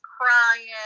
crying